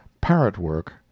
parrot-work